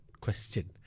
question